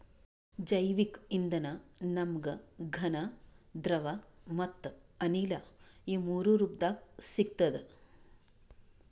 ಜೈವಿಕ್ ಇಂಧನ ನಮ್ಗ್ ಘನ ದ್ರವ ಮತ್ತ್ ಅನಿಲ ಇವ್ ಮೂರೂ ರೂಪದಾಗ್ ಸಿಗ್ತದ್